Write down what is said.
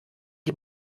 die